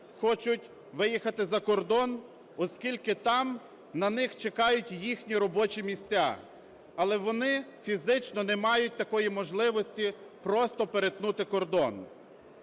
хочуть виїхати за кордон, оскільки там на них чекають їхні робочі місця, але вони фізично не мають такої можливості просто перетнути кордон.